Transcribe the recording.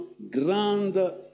grande